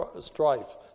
strife